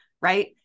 Right